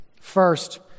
First